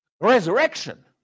Resurrection